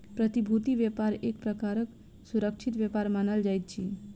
प्रतिभूति व्यापार एक प्रकारक सुरक्षित व्यापार मानल जाइत अछि